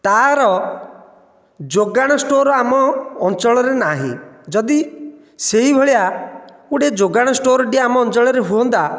ତାର ଯୋଗାଣ ଷ୍ଟୋର ଆମ ଅଞ୍ଚଳରେ ନାହିଁ ଯଦି ସେଇଭଳିଆ ଗୋଟିଏ ଯୋଗାଣ ଷ୍ଟୋର ଟିଏ ଆମ ଅଞ୍ଚଳରେ ହୁଅନ୍ତା